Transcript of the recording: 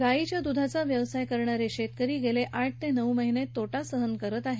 गायींच्या द्धाचा व्यवसाय करणारे शेतकरी आठ ते नऊ महिने तोटा सहन करत आहेत